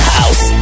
House